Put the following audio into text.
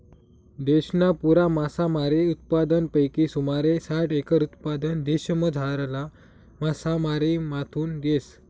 देशना पुरा मासामारी उत्पादनपैकी सुमारे साठ एकर उत्पादन देशमझारला मासामारीमाथून येस